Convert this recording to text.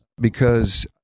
because-